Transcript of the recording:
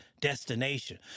destination